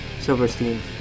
Silverstein